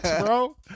bro